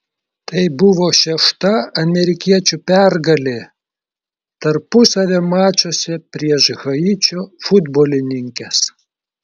tai buvo šešta amerikiečių pergalė tarpusavio mačuose prieš haičio futbolininkes